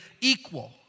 equal